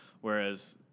Whereas